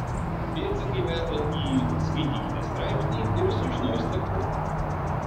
pėdsakai veda į skaitykite straipsnį ir sužinosite kur